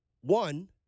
one